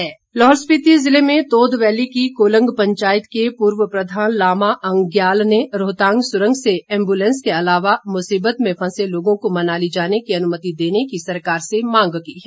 मांग लाहौल स्पिति ज़िले में तोद वैली की कोलंग पंचायत के पूर्व प्रधान लामा अंज्ञाल ने रोहतांग सुरंग से एम्बुलेंस के अलावा मुसिबत में फंसे लोगों को मनाली जाने की अनुमति देने की सरकार से मांग की है